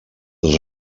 dos